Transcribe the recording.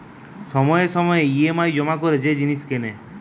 সময়ে সময়ে ই.এম.আই জমা করে যে জিনিস কেনে